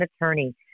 attorney